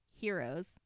heroes